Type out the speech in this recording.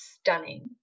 stunning